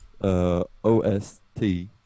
O-S-T